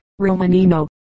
Romanino